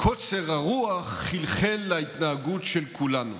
וקוצר הרוח חלחל להתנהגות של כולנו.